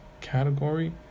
category